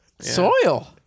Soil